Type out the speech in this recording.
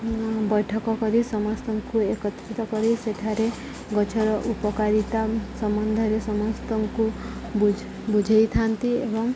ବୈଠକ କରି ସମସ୍ତଙ୍କୁ ଏକତ୍ରିତ କରି ସେଠାରେ ଗଛର ଉପକାରିତା ସମ୍ବନ୍ଧରେ ସମସ୍ତଙ୍କୁ ବୁଝ ବୁଝେଇଥାନ୍ତି ଏବଂ